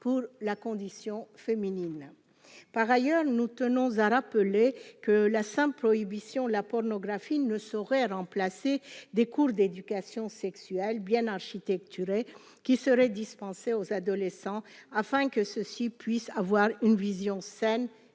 pour la condition féminine, par ailleurs, nous tenons à rappeler que la 5 prohibition la pornographie ne saurait remplacer des cours d'éducation sexuelle bien architecturé qui seraient dispensés aux adolescents afin que ceux-ci puissent avoir une vision saine